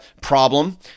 problem